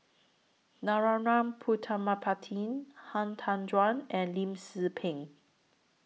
Narana Putumaippittan Han Tan Juan and Lim Tze Peng